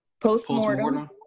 postmortem